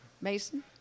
Mason